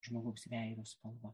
žmogaus veido spalva